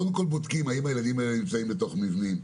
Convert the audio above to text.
קודם כול בודקים האם הילדים האלה נמצאים בתוך מבנים,